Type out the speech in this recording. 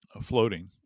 floating